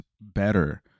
better